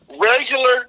regular